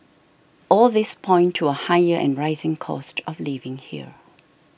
all these point to a higher and rising cost of living here